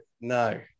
no